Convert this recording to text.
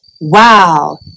wow